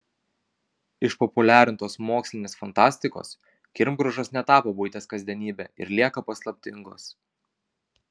išpopuliarintos mokslinės fantastikos kirmgraužos netapo buities kasdienybe ir lieka paslaptingos